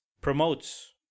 promotes